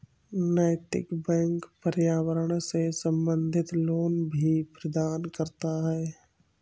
नैतिक बैंक पर्यावरण से संबंधित लोन भी प्रदान करता है